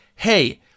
Hey